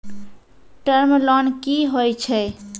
Term loan कि होय छै?